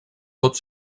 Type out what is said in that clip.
pot